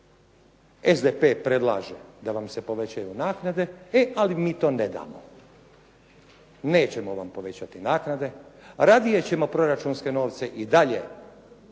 SDP predlaže da vam se povećaju naknade, e ali mi to ne damo. Nećemo vam povećati naknade. Radije ćemo proračunske novce trošiti